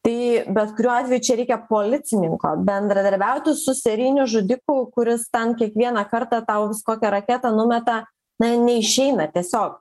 tai bet kuriuo atveju čia reikia policininko bendradarbiauti su serijiniu žudiku kuris ten kiekvieną kartą tau kokią raketą numeta na neišeina tiesiog